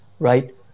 Right